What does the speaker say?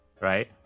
right